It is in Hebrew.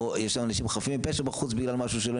יש לנו אנשים חפים מפשע בחוץ בגלל משהו שלא